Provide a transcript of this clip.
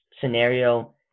scenario